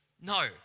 No